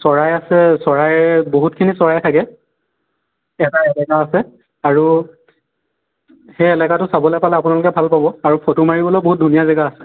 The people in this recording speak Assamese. চৰাই আছে চৰাই বহুতখিনি চৰাই থাকে এটা এলেকা আছে আৰু সেই এলেকাটো চাবলৈ পালে আপোনালোকে ভাল পাব আৰু ফটো মাৰিবলৈও বহুত ধুনীয়া জেগা আছে